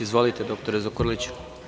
Izvolite, dr Zukorliću.